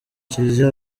kiliziya